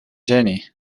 ĝeni